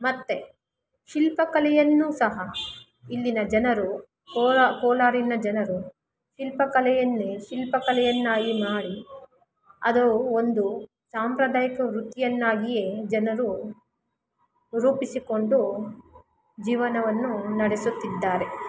ಮತ್ತು ಶಿಲ್ಪಕಲೆಯನ್ನು ಸಹ ಇಲ್ಲಿನ ಜನರು ಕೋಲಾರನ ಜನರು ಶಿಲ್ಪಕಲೆಯನ್ನೇ ಶಿಲ್ಪಕಲೆಯನ್ನಾಗಿ ಮಾಡಿ ಅದು ಒಂದು ಸಾಂಪ್ರದಾಯಿಕ ವೃತ್ತಿಯನ್ನಾಗಿಯೇ ಜನರು ರೂಪಿಸಿಕೊಂಡು ಜೀವನವನ್ನು ನಡೆಸುತ್ತಿದ್ದಾರೆ